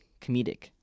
comedic